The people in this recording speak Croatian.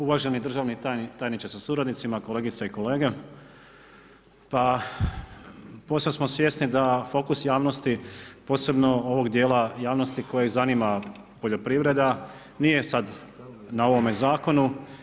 Uvaženi državni tajniče sa suradnicima, kolegice i kolege, pa postali smo svjesni da fokus javnosti, posebno ovog dijela javnosti kojeg zanima poljoprivreda, nije sada na ovom zakonu.